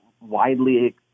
widely